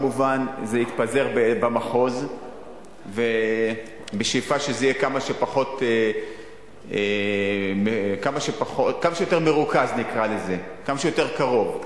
כמובן זה יתפזר במחוז בשאיפה שזה יהיה כמה שיותר מרוכז וכמה שיותר קרוב,